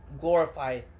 glorify